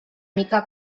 mica